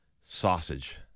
sausage